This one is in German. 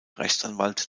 rechtsanwalt